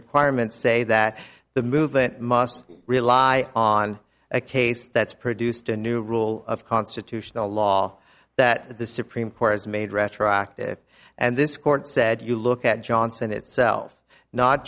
requirements say that the movement must rely on a case that's produced a new rule of constitutional law that the supreme court has made retroactive and this court said you look at johnson itself not